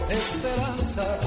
esperanza